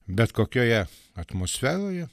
bet kokioje atmosferoje